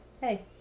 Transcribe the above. hey